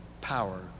power